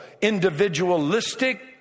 individualistic